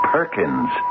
Perkins